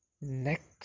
Next